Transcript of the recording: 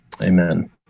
Amen